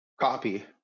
copy